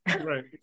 Right